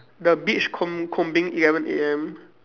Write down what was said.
the beach comb~ combing eleven A_M